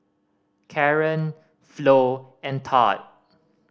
Caren Flo and Todd